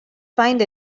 find